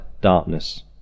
darkness